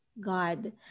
God